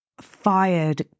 fired